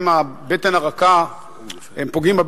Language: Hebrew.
הם פוגעים בבטן הרכה שלנו,